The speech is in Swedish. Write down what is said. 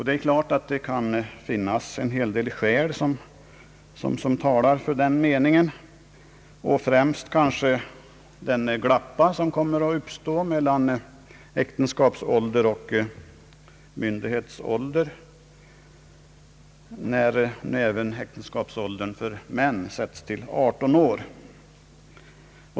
Det är klart att det kan finnas en hel del skäl som talar för den meningen, främst kanske det gap som kommer att uppstå mellan äktenskapsålder och myndighetsålder när även äktenskapsåldern för män sätts till 18 år.